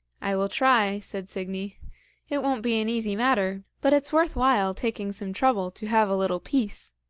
i will try said signy it won't be an easy matter, but it's worth while taking some trouble to have a little peace